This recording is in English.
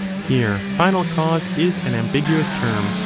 here final cause is an ambiguous term,